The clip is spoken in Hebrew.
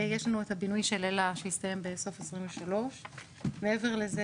יש לנו את הבינוי של אלה שיסתיים בסוף 2023. מעבר לזה